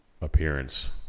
appearance